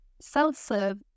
Self-serve